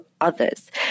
others